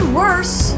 worse